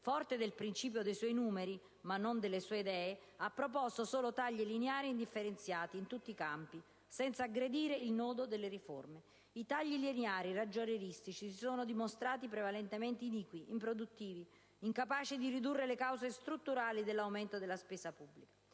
forte del principio dei suoi numeri, ma non delle sue idee, ha proposto solo tagli lineari indifferenziati in tutti i campi, senza aggredire il nodo delle riforme. I tagli lineari e ragionieristici si sono dimostrati prevalentemente iniqui, improduttivi e incapaci di ridurre le cause strutturali dell'aumento della spesa pubblica.